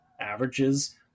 averages